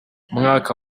mwaka